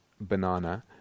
banana